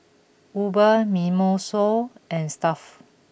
Uber Mimosa and Stuff'd